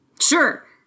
Sure